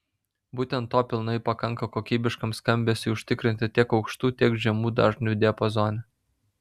būtent to pilnai pakanka kokybiškam skambesiui užtikrinti tiek aukštų tiek žemų dažnių diapazone